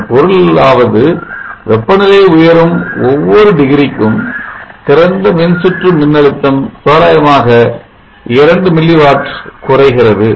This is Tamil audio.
இதன் பொருளாவது வெப்பநிலை உயரும் ஒவ்வொரு டிகிரிக்கும் திறந்த மின்சுற்று மின்னழுத்தம் தோராயமாக இரண்டு மில்லி வோல்ட் குறைகிறது